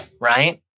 right